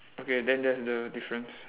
okay then there's the difference